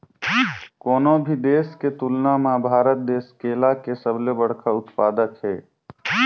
कोनो भी देश के तुलना म भारत देश केला के सबले बड़खा उत्पादक हे